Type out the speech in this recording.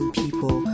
people